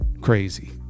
crazy